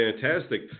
fantastic